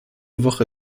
woche